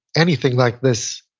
anything like this